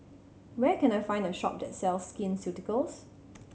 where can I find a shop that sells Skin Ceuticals